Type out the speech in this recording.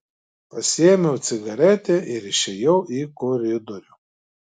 pasiėmiau cigaretę ir išėjau į koridorių